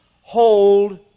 hold